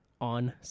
on